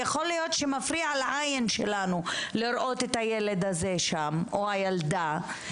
יכול להיות שמפריע לעין שלנו לראות את הילד הזה או הילדה הזאת שם,